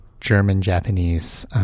German-Japanese